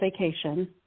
vacation